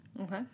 Okay